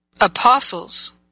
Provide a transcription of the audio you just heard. apostles